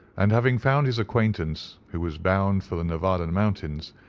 and having found his acquaintance, who was bound for the nevada mountains,